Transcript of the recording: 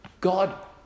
God